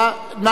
נא לשבת,